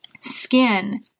skin